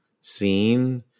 seen